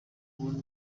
kubona